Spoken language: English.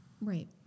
Right